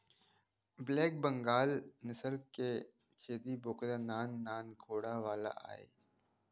black Bengal नसल के छेरी बोकरा नान नान गोड़ वाला आय